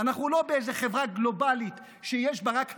אנחנו לא באיזה חברת גלובלית שיש בה רק הרמוניה,